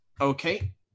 Okay